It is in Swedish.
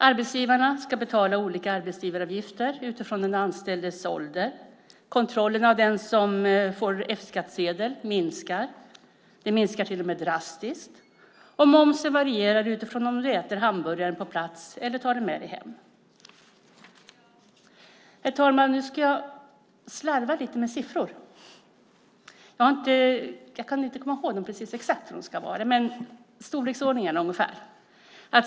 Arbetsgivarna ska betala olika arbetsgivaravgifter utifrån den anställdes ålder. Kontrollen av den som får F-skattsedel minskar - till och med drastiskt. Momsen varierar utifrån om du äter hamburgaren på plats eller tar den med dig hem. Herr talman! Nu ska jag slarva lite med siffror. Jag kan inte komma ihåg exakt hur de ska vara, men storleksordningarna är ungefär.